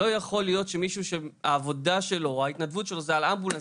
לא יכול להיות שמישהו שהעבודה שלו או ההתנדבות שלו זה על אמבולנס,